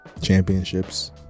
Championships